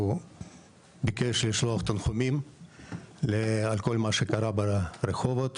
הוא ביקש לשלוח תנחומים על כל מה שקרה ברחובות